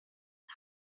the